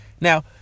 Now